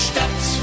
Stadt